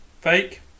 fake